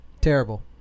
Terrible